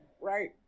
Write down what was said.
Right